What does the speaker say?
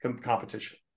competition